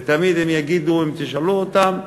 ותמיד הם יגידו, אם תשאלו אותם: